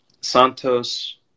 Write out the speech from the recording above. Santos